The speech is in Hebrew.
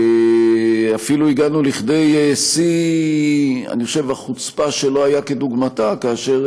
אפילו הגענו לכדי שיא בחוצפה שלא הייתה כדוגמתה כאשר